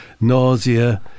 nausea